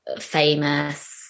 famous